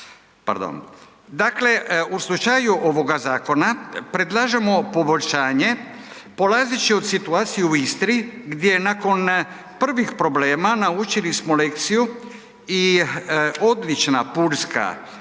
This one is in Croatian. Dakle, u slučaju ovoga zakona predlažemo poboljšanje polazeći od situacije u Istri gdje nakon prvih problema naučili smo lekciju i odlična pulska, sada